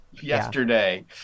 yesterday